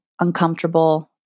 uncomfortable